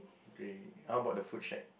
grey how about the food shack